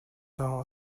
lawng